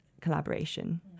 collaboration